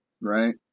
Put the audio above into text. Right